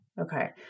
Okay